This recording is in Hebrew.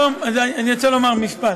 אני רוצה לומר עוד משפט.